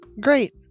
Great